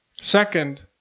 Second